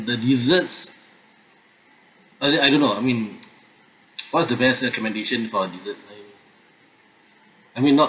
the desserts are they I don't know I mean what's the best recommendation for dessert I mean I mean not